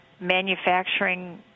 manufacturing